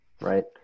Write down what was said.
Right